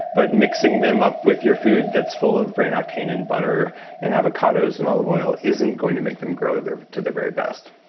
but mixing them up with your food that's full of brain octane and butter and avocados and olive oil isn't going to make them grow to their very best